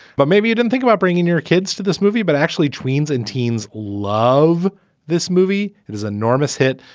but maybe you didn't think about bringing your kids to this movie. but actually, tweens and teens love this movie. it is enormous hit.